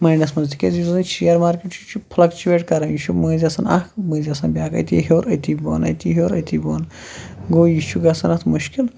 ماینڈَس منٛز تِکیٛازِ یُس زَن یہِ شِیر مارکیٚٹ چھُ یہِ چھُ فُلَکچیٛوٗویٹ کَران یہِ چھُ مٔنٛزۍ آسان اَکھ مٔنٛزۍ آسان بیٛاکھ أتی ہیوٚر أتۍ بۅن أتی ہیوٚر أتی بۅن گوٚو یہِ چھُ گژھان اَتھ مُشکِل